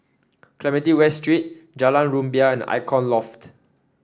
Clementi West Street Jalan Rumbia and Icon Loft